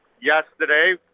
yesterday